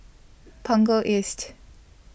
Punggol East